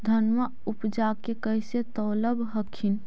धनमा उपजाके कैसे तौलब हखिन?